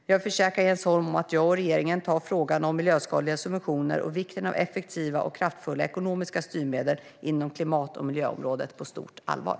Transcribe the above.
Jag vill försäkra Jens Holm om att jag och regeringen tar frågan om miljöskadliga subventioner och vikten av effektiva och kraftfulla ekonomiska styrmedel inom klimat och miljöområdet på stort allvar.